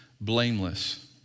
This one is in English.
Blameless